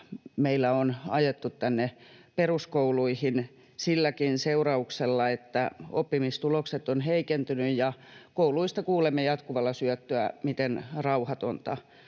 meillä on ajettu tänne peruskouluihin silläkin seurauksella, että oppimistulokset ovat heikentyneet, ja kouluista kuulemme jatkuvalla syötöllä, miten rauhatonta